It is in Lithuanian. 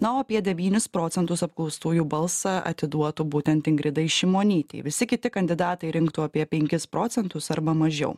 na o apie devynis procentus apklaustųjų balsą atiduotų būtent ingridai šimonytei visi kiti kandidatai rinktų apie penkis procentus arba mažiau